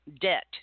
debt